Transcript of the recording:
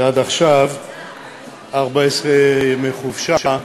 שעד עכשיו היו להם 14 ימי חופשה,